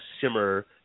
simmer